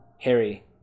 Harry